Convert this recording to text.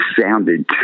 sounded